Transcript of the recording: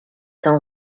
cent